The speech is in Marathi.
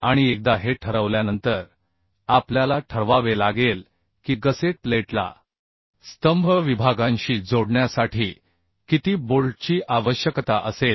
आणि एकदा हे ठरवल्यानंतर आपल्याला ठरवावे लागेल की गसेट प्लेटला स्तंभ विभागांशी जोडण्यासाठी किती बोल्टची आवश्यकता असेल